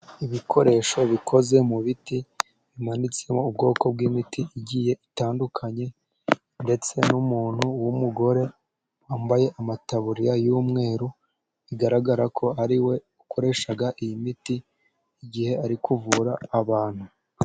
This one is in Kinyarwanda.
Ibikoresho bikoze mu biti bimanitse mu bwoko bw'imiti igiye itandukanye, ndetse n'umuntu w'umugore wambaye amataburiya y'umweru, bigaragara ko ari we ukoresha iyi miti, igihe ari kuvura abantu.